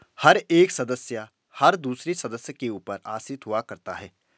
हर एक सदस्य हर दूसरे सदस्य के ऊपर आश्रित हुआ करता है